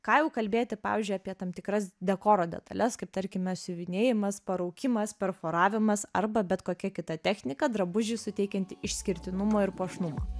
ką jau kalbėti pavyzdžiui apie tam tikras dekoro detales kaip tarkime siuvinėjimas paraukimas perforavimas arba bet kokia kita technika drabužiui suteikianti išskirtinumo ir puošnumo